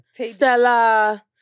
Stella